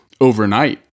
overnight